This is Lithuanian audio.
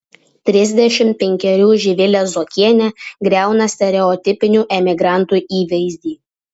trisdešimt penkerių živilė zuokienė griauna stereotipinių emigrantų įvaizdį